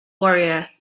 warrior